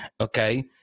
Okay